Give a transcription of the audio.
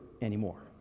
anymore